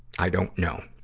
i don't know.